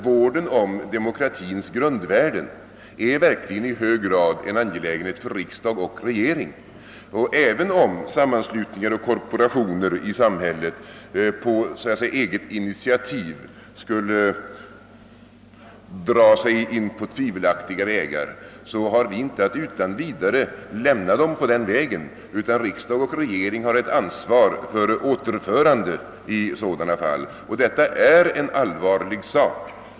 Vården om demokratins grundvärden är verkligen i hög grad en angelägenhet för riksdag och regering, och även om sammanslutningar och korporationer i samhället på eget initiativ skulle dra sig in på tvivelaktiga vägar, så har vi därmed inte att utan vidare bara lämna dem på den vägen, utan riksdag och regering har ett ansvar för att återföra dem på den rätta vägen i sådana fall. Detta är en allvarlig sak.